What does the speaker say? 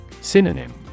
Synonym